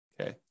Okay